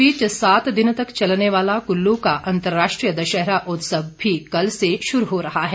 इस बीच सात दिन तक चलने वाला कुल्लू का अंतर्राष्ट्रीय दशहरा उत्सव भी कल से शुरू हो रहा है